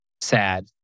sad